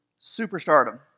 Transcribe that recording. superstardom